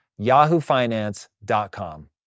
yahoofinance.com